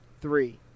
three